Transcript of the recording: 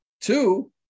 Two